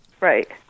right